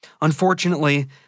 Unfortunately